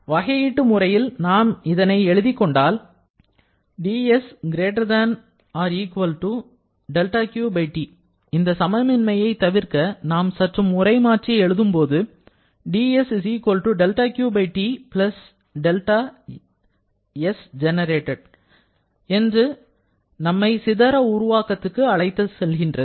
வகையீட்டு முறையில் நாம் இதனை எழுதி கொண்டால் இந்த சமமின்மையை தவிர்க்க நாம் சற்று முறை மாற்றி எழுதும் போது என்று நம்மை சிதற உருவாக்கத்துக்கு அழைத்துச் செல்கிறது